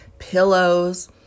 pillows